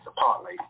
Partly